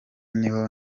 niho